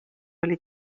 oli